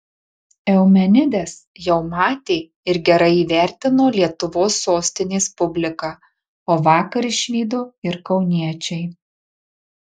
eumenides jau matė ir gerai įvertino lietuvos sostinės publika o vakar išvydo ir kauniečiai